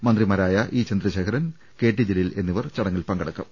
മന്ത്രിമാരായ E Chandrasekharan K T Jaleel എന്നിവർ ചടങ്ങിൽ പങ്കെടുക്കും